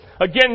again